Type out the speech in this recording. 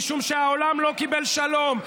משום שהעולם לא קיבל שלום,